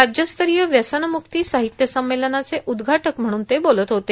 राज्यस्तरीय व्यसनम्कती सर्ााहत्य संमेलनाचे उद्घाटक म्हणून ते बोलत होते